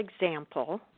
example